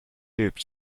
tube